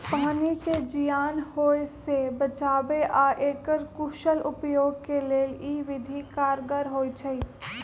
पानी के जीयान होय से बचाबे आऽ एकर कुशल उपयोग के लेल इ विधि कारगर होइ छइ